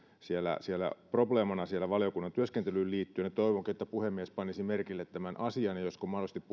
probleemana siellä valiokunnan työskentelyyn liittyen ja toivonkin että puhemies panisi merkille tämän asian josko mahdollisesti